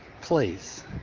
please